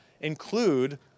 include